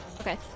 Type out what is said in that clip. Okay